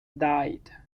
died